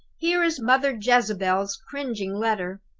here is mother jezebel's cringing letter.